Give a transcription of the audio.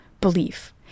belief